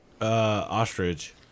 ostrich